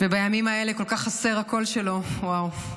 בימים האלה כל כך חסר הקול שלו, וואו,